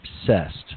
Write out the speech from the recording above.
obsessed